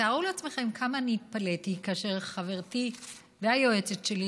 תתארו לעצמכם כמה אני התפלאתי כאשר חברתי והיועצת שלי,